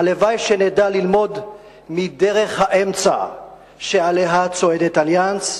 הלוואי שנדע ללמוד מדרך האמצע שעליה צועדת "אליאנס",